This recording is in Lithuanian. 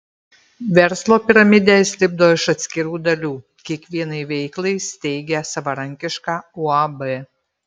verslo piramidę jis lipdo iš atskirų dalių kiekvienai veiklai steigia savarankišką uab